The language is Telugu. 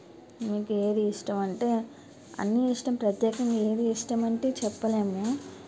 మీకు ఏది ఇష్టమంటే అన్నీ ఇష్టం ప్రత్యేకంగా ఏది ఇష్టమంటే చెప్పలేము